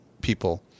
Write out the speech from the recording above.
people